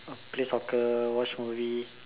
play soccer watch movie